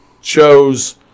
chose